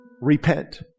Repent